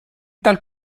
tal